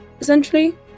essentially